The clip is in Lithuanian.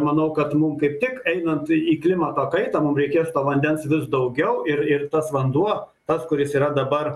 manau kad mum kaip tik einant į klimato kaitą mums reikės to vandens vis daugiau ir ir tas vanduo tas kuris yra dabar